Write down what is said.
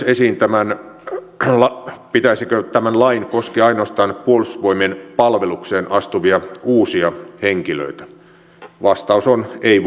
esiin myös sen pitäisikö tämän lain koskea ainoastaan puolustusvoimien palvelukseen astuvia uusia henkilöitä vastaus on ei